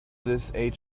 this